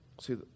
See